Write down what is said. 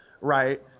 right